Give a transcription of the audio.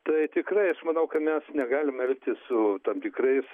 tai tikrai aš manau ka mes negalim elgtis su tam tikrais